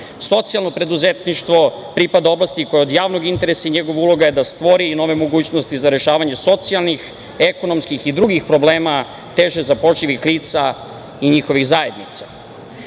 preduzetništvo pripada oblasti koja je od javnog interesa i njegova uloga je da stvori i nove mogućnosti za rešavanje socijalnih, ekonomskih i drugih problema teže zapošljivih lica i njihovih zajednica.